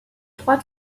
trois